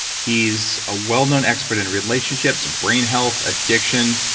he's a well known expert in relationships, brain health, addiction,